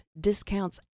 discounts